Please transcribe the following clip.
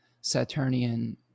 Saturnian